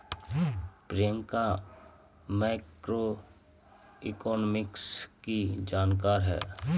Priyanka macroeconomics की जानकार है